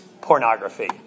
pornography